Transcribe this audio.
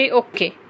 okay